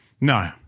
No